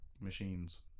machines